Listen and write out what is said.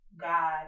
God